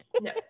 No